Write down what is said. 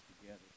together